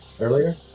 earlier